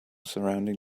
surrounding